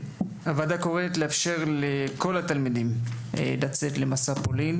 הוועדה קוראת לאפשר לכל התלמידים לצאת למסע פולין.